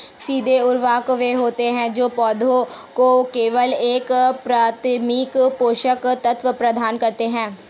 सीधे उर्वरक वे होते हैं जो पौधों को केवल एक प्राथमिक पोषक तत्व प्रदान करते हैं